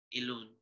alone